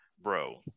bro